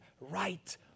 right